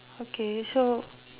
okay so